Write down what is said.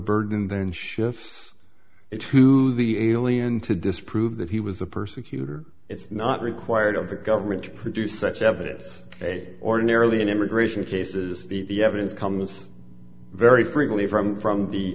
burden then shifts it to the alien to disprove that he was a persecutor it's not required of the government to produce such evidence ordinarily in immigration cases the evidence comes very frequently from from the